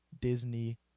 Disney